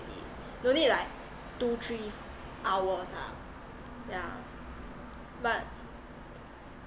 no need like two three hours ah yeah but